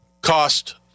cost